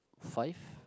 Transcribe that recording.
five